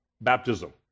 baptism